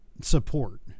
support